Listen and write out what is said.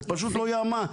זה פשוט לא יאומן,